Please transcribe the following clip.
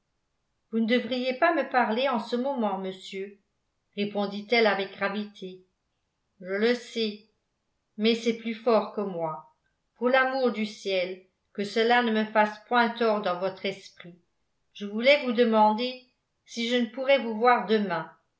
vous ne devriez pas me parler en ce moment monsieur répondit-elle avec gravité je le sais mais c'est plus fort que moi pour l'amour du ciel que cela ne me fasse point tort dans votre esprit je voulais vous demander si je ne pourrais vous voir demain